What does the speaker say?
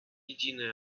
единое